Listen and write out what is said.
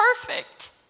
perfect